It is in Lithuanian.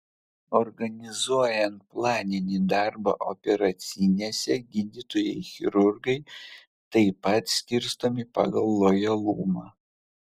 organizuojant planinį darbą operacinėse gydytojai chirurgai taip pat skirstomi pagal lojalumą